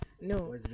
no